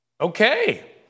Okay